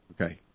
Okay